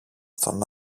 στον